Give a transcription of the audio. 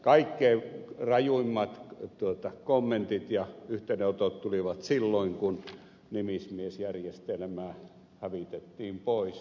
kaikkein rajuimmat kommentit ja yhteydenotot tulivat silloin kun nimismiesjärjestelmää hävitettiin pois